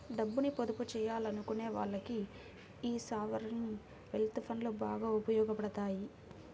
డబ్బుని పొదుపు చెయ్యాలనుకునే వాళ్ళకి యీ సావరీన్ వెల్త్ ఫండ్లు బాగా ఉపయోగాపడతాయి